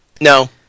No